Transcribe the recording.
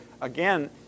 again